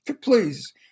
Please